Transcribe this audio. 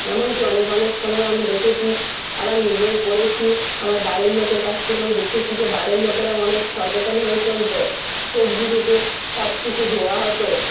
এমনকি অনেক অনেক সময় আমি দেখেছি আবার নিজেও করেছি আমার বাড়ির লোকের কাছ থেকেও দেখেছি যে বাড়ির লোকেরা অনেক সচেতন হয়ে চলতো সবজি থেকে সব কিছু ধোয়া হতো